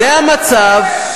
זה המצב.